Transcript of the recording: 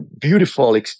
beautiful